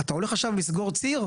אתה הולך עכשיו לסגור ציר?